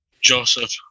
Joseph